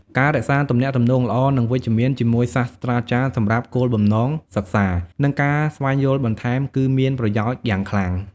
ការរក្សាទំនាក់ទំនងល្អ និងវិជ្ជមាន ជាមួយសាស្រ្តាចារ្យសម្រាប់គោលបំណងសិក្សា និងការស្វែងយល់បន្ថែម គឺមានប្រយោជន៍យ៉ាងខ្លាំង។